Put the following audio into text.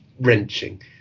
wrenching